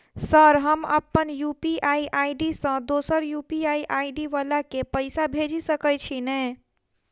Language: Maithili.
सर हम अप्पन यु.पी.आई आई.डी सँ दोसर यु.पी.आई आई.डी वला केँ पैसा भेजि सकै छी नै?